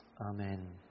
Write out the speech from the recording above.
Amen